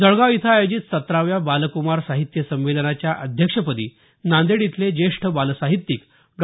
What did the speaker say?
जळगाव इथं आयोजित सतराव्या बालकुमार साहित्य संमेलनाच्या अध्यक्षपदी नांदेड इथले ज्येष्ठ बालसाहित्यिक डॉ